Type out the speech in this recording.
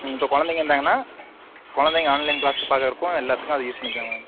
ம் இப்போ குழந்தைங்க இருந்தாங்கன்னா குழந்தைங்க ஆன்லைன் கிளாஸு பாக்குறதுக்கும் எல்லாத்துக்கும் அது யூஸ் பண்ணிக்கலாம் மேடம்